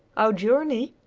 our journey!